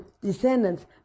descendants